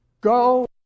Go